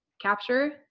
capture